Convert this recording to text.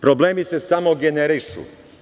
Problemi se samo generišu.